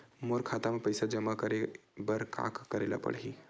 मोर खाता म पईसा जमा करे बर का का करे ल पड़हि?